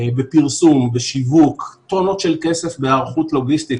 בפרסום, בשיווק, טונות של כסף והיערכות לוגיסטית.